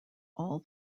all